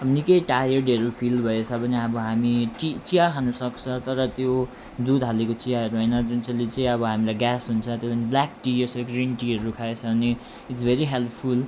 अब निकै टायर्डहरू फिल भएछ भने अब हामी टी चिया खानुसक्छ तर त्यो दुध हालेको चियाहरू होइन जुन चाहिँले अब हामीलाई ग्यास हुन्छ त्यो लागि ब्ल्याक टी यसरी ग्रिन टीहरू खाएछ भने इट्स भेरी हेल्पफुल